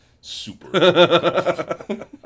super